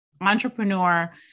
entrepreneur